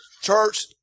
Church